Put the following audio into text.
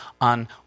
on